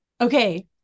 Okay